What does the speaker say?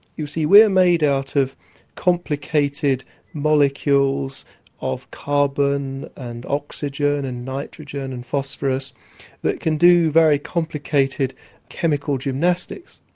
you see we're made out of complicated molecules of carbon and oxygen and nitrogen and phosphorous that can do very complicated chemical gymnastics.